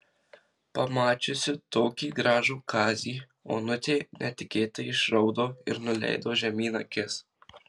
pamačiusi tokį gražų kazį onutė netikėtai išraudo ir nuleido žemyn akis